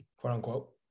quote-unquote